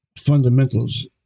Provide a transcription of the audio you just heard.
fundamentals